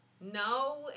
No